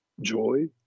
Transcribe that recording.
Joy